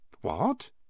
What